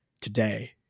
today